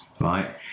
right